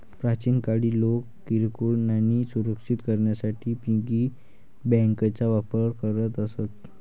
प्राचीन काळी लोक किरकोळ नाणी सुरक्षित करण्यासाठी पिगी बँकांचा वापर करत असत